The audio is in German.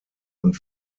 und